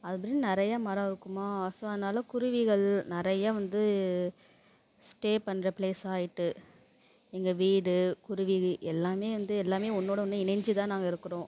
அப்படின்னு நிறைய மரம் இருக்கும் ஸோ அதனால குருவிகள் நிறையா வந்து ஸ்டே பண்ணுற ப்ளேஸாக ஆகிட்டு எங்கள் வீடு குருவி எல்லாம் வந்து எல்லாம் ஒன்னோடு ஒன்று இணைஞ்சி தான் நாங்கள் இருக்கிறோம்